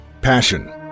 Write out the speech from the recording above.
passion